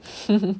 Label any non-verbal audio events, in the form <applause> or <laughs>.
<laughs>